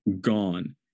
gone